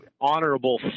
honorable